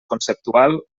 conceptual